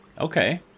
Okay